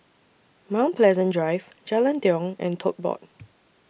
Mount Pleasant Drive Jalan Tiong and Tote Board